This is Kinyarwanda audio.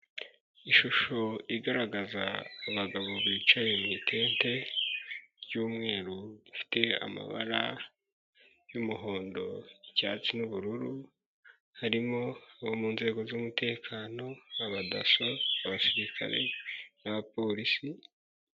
Ishusho igaragaza abagabo bicaye mu tente ry'umweru, rifite amabara y'umuhondo, icyatsi n'ubururu. Harimo abo mu nzego z'umutekano, abadaso, abasirikare n'abapolisi.